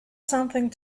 something